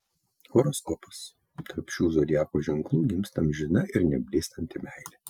horoskopas tarp šių zodiako ženklų gimsta amžina ir neblėstanti meilė